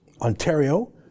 Ontario